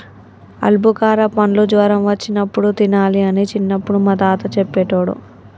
ఆల్బుకార పండ్లు జ్వరం వచ్చినప్పుడు తినాలి అని చిన్నపుడు మా తాత చెప్పేటోడు